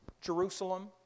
Jerusalem